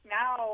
now